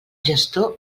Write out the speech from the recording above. gestor